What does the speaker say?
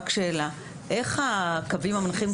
איך הקווים המנחים,